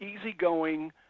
easygoing